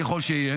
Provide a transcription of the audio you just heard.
ככל שיהיה,